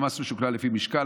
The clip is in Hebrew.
המס משוקלל לפי משקל.